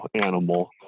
animal